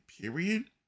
period